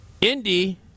Indy